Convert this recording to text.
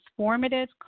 transformative